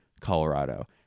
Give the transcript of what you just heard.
Colorado